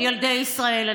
שוב, ילדי ישראל.